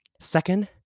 Second